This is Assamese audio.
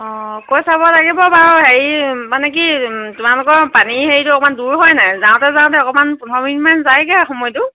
অঁ কৈ চাব লাগিব বাৰু হেৰি মানে কি তোমালোকৰ পানী হেৰিটো অকণমান দূৰ হয় নাই যাওঁতে যাওঁতে অকণমান পোন্ধৰ মিনিটমান যায়গে সময়টো